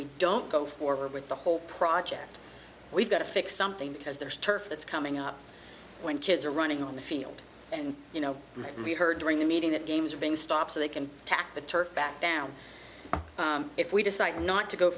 we don't go forward with the whole project we've got to fix something because there's turf that's coming up when kids are running on the field and you know we heard during the meeting that games are being stopped so they can attack the turf back down if we decide not to go